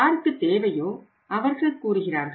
யாருக்குத் தேவையோ அவர்கள் கூறுகிறார்கள்